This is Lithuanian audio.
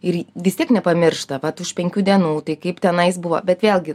ir vis tiek nepamiršta vat už penkių dienų tai kaip tenais buvo bet vėlgi